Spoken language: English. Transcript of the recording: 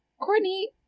Courtney